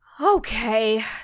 Okay